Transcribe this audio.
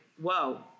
whoa